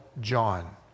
John